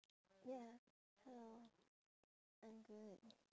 ya hello I'm good